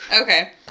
Okay